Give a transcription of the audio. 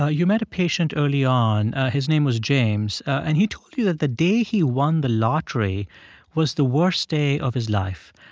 ah you met a patient early on. his name was james, and he told you that the day he won the lottery was the worst day of his life.